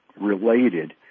related